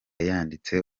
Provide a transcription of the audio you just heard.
yanditse